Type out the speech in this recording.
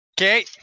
okay